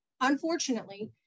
unfortunately